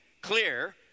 clear